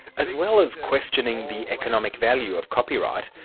as well as questioning the economic value of copyright,